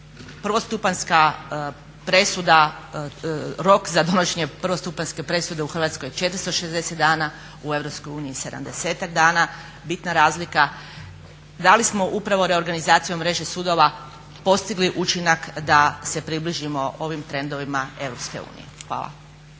rok za donošenje prvostupanjske presude u Hrvatskoj 460 dana, u Europskoj uniji 70-ak dana, bitna razlika da li smo upravo reorganizacijom mreže sudova postigli učinak da se približimo ovim trendovima Europske